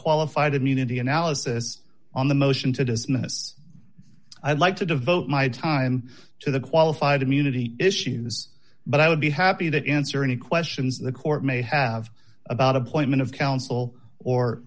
qualified immunity analysis on the motion to dismiss i'd like to devote my time to the qualified immunity issues but i would be happy that answer any questions the court may have about appointment of counsel or